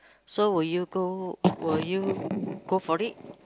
so will you go will you go for it